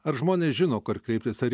ar žmonės žino kur kreiptis ar